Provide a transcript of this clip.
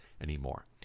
anymore